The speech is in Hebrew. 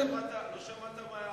לא שמעת מה הערתי.